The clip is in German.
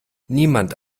niemand